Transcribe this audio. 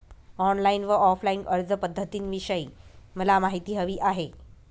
online आणि offline अर्जपध्दतींविषयी मला माहिती हवी आहे